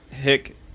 hick